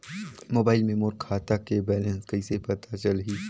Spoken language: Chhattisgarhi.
मोबाइल मे मोर खाता के बैलेंस कइसे पता चलही?